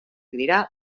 dira